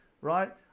right